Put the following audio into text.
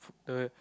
the